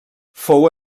fou